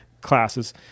classes